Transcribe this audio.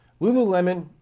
Lululemon